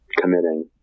committing